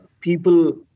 people